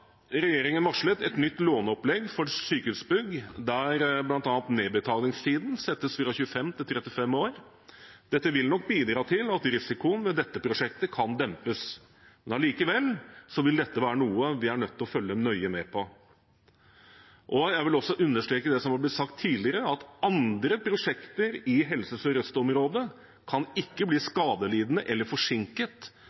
regjeringen varslet et nytt låneopplegg for Sykehusbygg, der bl.a. nedbetalingstiden settes fra 25 år til 35 år. Dette vil nok bidra til at risikoen ved dette prosjektet kan dempes, men likevel vil dette være noe vi er nødt til å følge nøye med på. Jeg vil også understreke det som er blitt sagt tidligere, at andre prosjekter i Helse Sør-Øst-området ikke kan bli